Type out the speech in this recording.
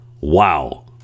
wow